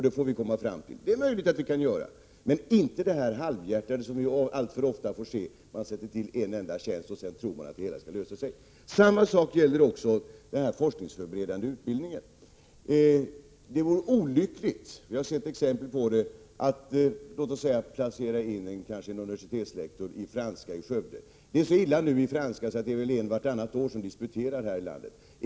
Det är möjligt att vi kan göra detta, men vi skall inte göra de halvhjärtade satsningar vi alltför ofta får se då man inrättar en enda tjänst och tror att allt skall lösas därmed. Samma sak gäller också den forskningsförberedande utbildningen. Det vore olyckligt — vilket jag har sett exempel på — att t.ex. placera en universitetslektor i franska i Skövde. Det är så illa i ämnet franska att bara en vartannat år disputerar här i landet.